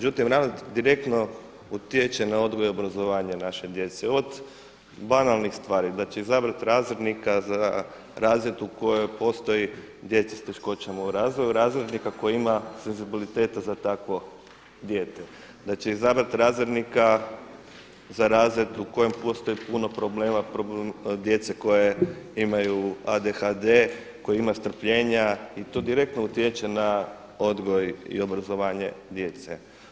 Međutim, ravnatelj direktno utječe na odgoj i obrazovanje naše djece, od banalnih stvari znači, izabrati razrednika za razred u kojem postoje djeca s teškoćama u razvoju, razrednika koji ima senzibiliteta za takvo dijete, da će izabrati razrednika za razred u kojem postoji puno problema djece koje ima ADHD, koji ima strpljenja i to direktno utječe na odgoj i obrazovanje djece.